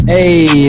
Hey